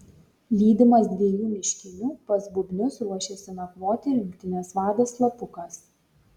lydimas dviejų miškinių pas bubnius ruošiasi nakvoti rinktinės vadas slapukas